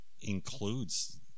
includes